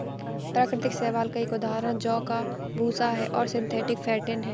प्राकृतिक शैवाल का एक उदाहरण जौ का भूसा है और सिंथेटिक फेंटिन है